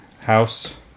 House